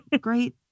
Great